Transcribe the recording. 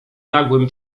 nagłym